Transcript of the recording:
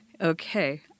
okay